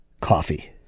coffee